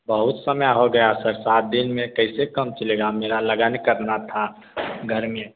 बहुत समय हो गया सर सात दिन में कैसे काम चलेगा मेरा लगन करना था घर में